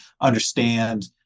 understand